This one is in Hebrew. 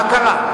מה קרה?